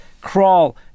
crawl